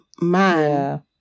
man